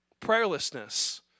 Prayerlessness